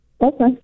Okay